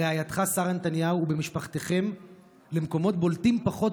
ברעייתך שרה נתניהו ובמשפחתכם למקומות בולטים פחות